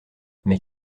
mais